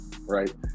right